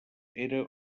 era